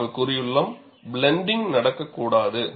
நாங்கள் கூறியுள்ளோம் பிளண்டிங்க் நடக்கக்கூடாது